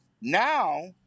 Now